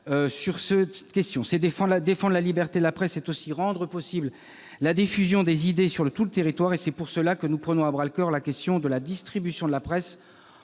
deux assemblées. Défendre la liberté de la presse, c'est rendre possible la diffusion des idées sur tout le territoire. C'est pour cela que nous prenons à bras-le-corps la question de la distribution de la presse